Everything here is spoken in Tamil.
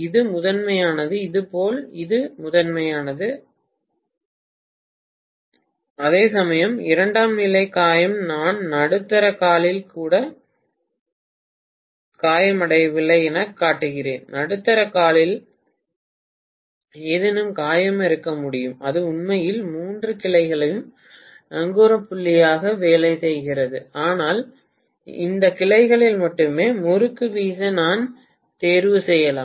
இது முதன்மையானது இதேபோல் இது முதன்மையானது இதேபோல் இது முதன்மையானது அதேசமயம் இரண்டாம் நிலை காயம் நான் நடுத்தர காலில் கூட காயமடையவில்லை எனக் காட்டுகிறேன் நடுத்தர காலில் ஏதேனும் காயம் இருக்க முடியும் அது உண்மையில் மூன்று கிளைகளுக்கும் நங்கூரம் புள்ளியாக வேலை செய்கிறது ஆனால் இந்த கிளைகளில் மட்டுமே முறுக்கு வீச நான் தேர்வு செய்யலாம்